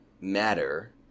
matter